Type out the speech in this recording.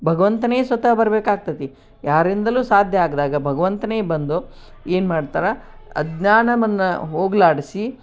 ಭಗವಂತನೇ ಸ್ವತಃ ಬರಬೇಕಾಗ್ತದೆ ಯಾರಿಂದಲೂ ಸಾಧ್ಯ ಆಗದಾಗ ಭಗವಂತನೇ ಬಂದು ಏನು ಮಾಡ್ತಾರೆ ಅಜ್ಞಾನವನ್ನು ಹೋಗಲಾಡ್ಸಿ